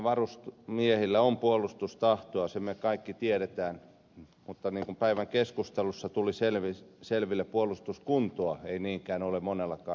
suomalaisilla varusmiehillä on puolustustahto sen me kaikki tiedämme mutta niin kuin päivän keskustelussa tuli selville puolustuskuntoa ei niinkään ole monellakaan